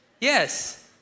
Yes